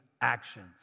actions